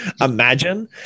imagine